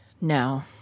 No